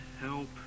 help